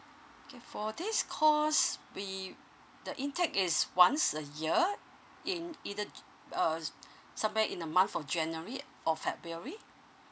okay for this course we the intake is once a year in either uh somewhere in the month of january or february